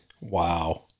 Wow